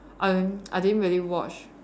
um I didn't really watch